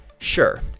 Sure